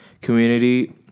community